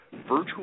virtual